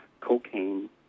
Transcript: cocaine